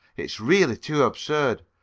it's really too absurd.